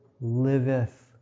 liveth